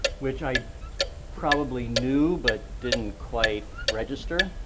which i probably knew, but didn't quite register,